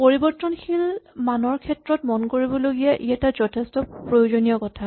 পৰিবৰ্তনশীল মানৰ ক্ষেত্ৰত মনত ৰাখিবলগীয়া ই এটা যথেষ্ট প্ৰয়োজনীয় কথা